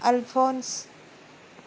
alphonse